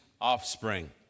offspring